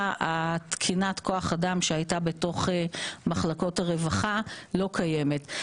תקינת כוח האדם שהייתה בתוך מחלקות הרווחה לא קיימת.